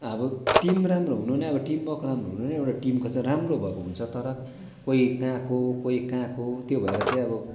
अब टिम राम्रो हुनु नै अब टिमवर्क राम्रो हुनु नै एउटा टिमको चाहिँ राम्रो भएको हुन्छ तर कोही कहाँको कोही कहाँको त्यो भएर चाहिँ अब